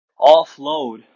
offload